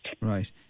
Right